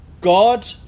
God